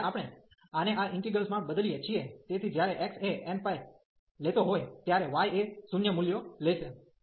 તેથી જ્યારે આપણે આને આ ઇન્ટિગ્રેલ્સમાં બદલીએ છીએ તેથી જ્યારે x એ nπ લેતો હોય ત્યારે y એ 0 મૂલ્યો લેશે